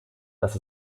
dass